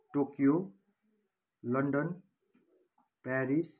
Tokyo London Paris